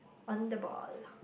on the ball